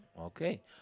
Okay